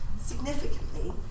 significantly